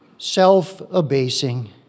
self-abasing